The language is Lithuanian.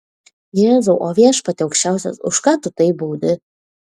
jėzau o viešpatie aukščiausias už ką tu taip baudi